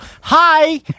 Hi